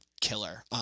killer